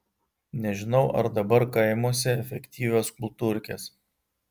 nežinau ar dabar kaimuose efektyvios kultūrkės